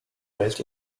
raised